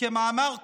וכמאמר קהלת,